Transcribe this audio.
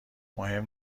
مهم